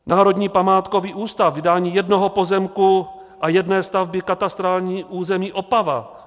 Národní památkový ústav vydání jednoho pozemku a jedné stavby, katastrální území Opava.